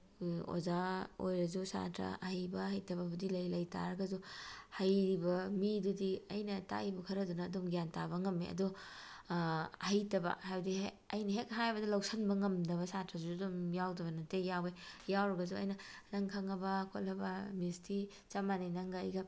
ꯑꯣꯖꯥ ꯑꯣꯏꯔꯁꯨ ꯁꯥꯇ꯭ꯔ ꯑꯍꯩꯕ ꯍꯩꯇꯕꯕꯨꯗꯤ ꯂꯩ ꯂꯩꯇꯥꯔꯒꯁꯨ ꯍꯩꯔꯤꯕ ꯃꯤꯗꯨꯗꯤ ꯑꯩꯅ ꯇꯥꯛꯂꯤꯕ ꯈꯔꯗꯨꯅ ꯑꯗꯨꯝ ꯒ꯭ꯌꯥꯟ ꯇꯥꯕ ꯉꯃꯃꯦ ꯑꯗꯣ ꯑꯍꯩꯇꯕ ꯍꯥꯏꯕꯗꯤ ꯍꯦꯛ ꯑꯩꯅ ꯍꯦꯛ ꯍꯥꯏꯕꯗ ꯂꯧꯁꯤꯟꯕ ꯉꯝꯗꯕ ꯁꯥꯇ꯭ꯔꯁꯨ ꯑꯗꯨꯝ ꯌꯥꯎꯗꯕ ꯅꯠꯇꯦ ꯌꯥꯎꯏ ꯌꯥꯎꯔꯒꯁꯨ ꯑꯩꯅ ꯅꯪ ꯈꯪꯂꯕ ꯈꯣꯠꯂꯕ ꯃꯤꯁꯇꯤ ꯆꯞ ꯃꯥꯟꯅꯩ ꯅꯪꯒ ꯑꯩꯒ